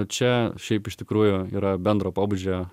čia šiaip iš tikrųjų yra bendro pobūdžio